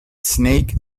snake